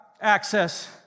access